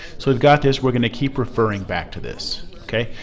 so we've got this we're going to keep referring back to this. o k.